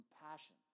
compassion